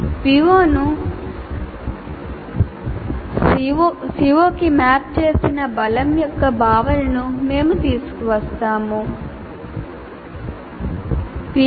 PO ను CO కి map చేసిన బలం యొక్క భావనను మేము తీసుకువస్తాము